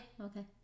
okay